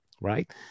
right